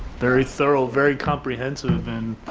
very thorough, very comprehensive, and